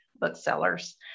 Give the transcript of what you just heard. booksellers